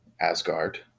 Asgard